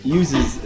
uses